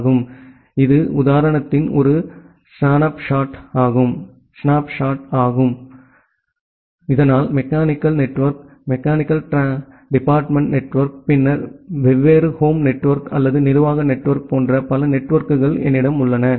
எனவே இது உதாரணத்தின் ஒரு ஸ்னாப்ஷாட் மட்டுமே இதனால் mechanical network mechanical department network பின்னர் வெவ்வேறு ஹோம் நெட்வொர்க் அல்லது நிர்வாக நெட்வொர்க் போன்ற பல நெட்வொர்க்குகள் என்னிடம் உள்ளன